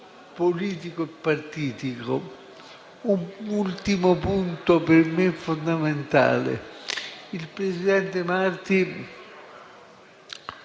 politico e partitico. Un ultimo punto per me è fondamentale. Il presidente Marti